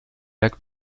lac